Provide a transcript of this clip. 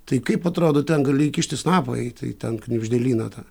tai kaip atrodo ten gali įkišti snapą į tai ten knibždėlyną tą